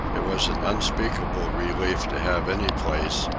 it was an unspeakable relief to have any place,